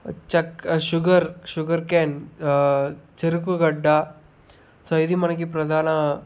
చెక్క sugar sugar cane చెరుకు గడ్డ సో ఇది మనకి ప్రధాన